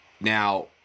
Now